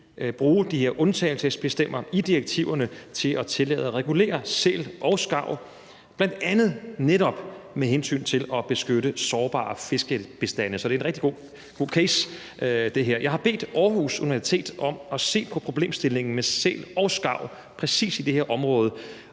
bruge undtagelsesbestemmelser i direktiverne til at regulere sæl og skarv, bl.a. netop med hensyn til at beskytte sårbare fiskebestande. Så det her er en rigtig god case. Jeg har bedt Aarhus Universitet om at se på problemstillingen med sæl og skarv præcis i det her område.